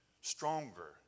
stronger